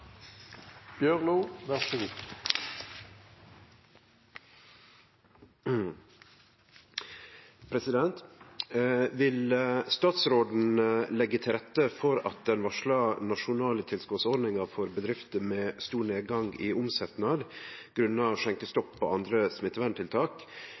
statsråden leggje til rette for at den varsla nasjonale tilskotsordninga for bedrifter med stor nedgang i omsetnad grunna